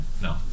No